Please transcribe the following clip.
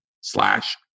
slash